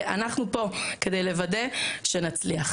אנחנו פה כדי לוודא שנצליח.